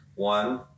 One